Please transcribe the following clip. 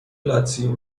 لاتزیو